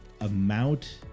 amount